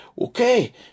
Okay